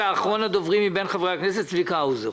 ואחרון הדוברים מבין חברי הכנסת צביקה האוזר.